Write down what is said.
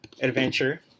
adventure